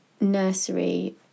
nursery